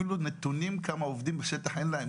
אפילו נתונים כמה עובדים בשטח אין להם.